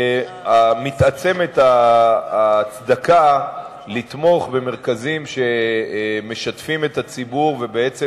מתעצמת ההצדקה לתמוך במרכזים שמשתפים את הציבור ובעצם